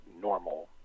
normal